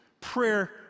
prayer